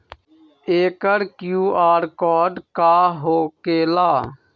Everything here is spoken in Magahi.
एकर कियु.आर कोड का होकेला?